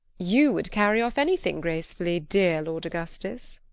you would carry off anything gracefully, dear lord augustus.